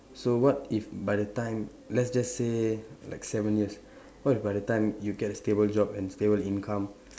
so what if by the time let's just say like seven years what if by the time you get a stable job and stable income